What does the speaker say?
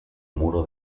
muro